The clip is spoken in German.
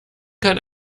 kann